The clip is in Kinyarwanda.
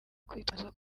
kwitwaza